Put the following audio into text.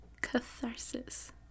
catharsis